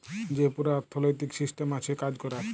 যে পুরা অথ্থলৈতিক সিসট্যাম আছে কাজ ক্যরার